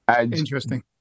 Interesting